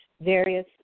various